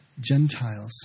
Gentiles